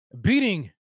beating